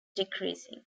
decreasing